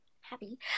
happy